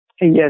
Yes